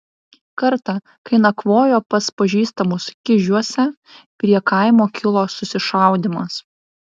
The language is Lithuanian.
kartą kai nakvojo pas pažįstamus kižiuose prie kaimo kilo susišaudymas